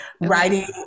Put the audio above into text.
writing